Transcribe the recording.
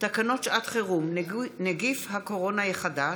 תקנות שעות חירום (נגיף הקורונה החדש)